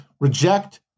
reject